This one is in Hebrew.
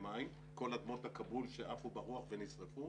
מים כל אדמות הכבול שעפו ברוח ונשרפו